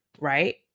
right